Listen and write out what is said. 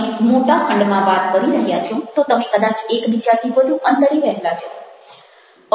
તમે મોટા ખંડમાં વાત કરી રહ્યા છો તો તમે કદાચ એકબીજાથી વધુ અંતરે રહેલા છો